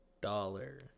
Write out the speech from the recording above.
Dollar